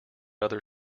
other